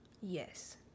yes